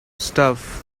stuff